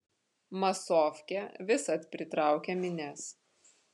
masofkė visad pritraukia minias